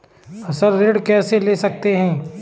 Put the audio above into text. फसल ऋण कैसे ले सकते हैं?